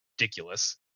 ridiculous